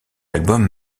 album